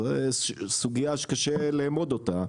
זו סוגיה שקשה לאמוד אותה.